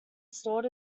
stalled